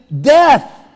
death